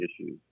issues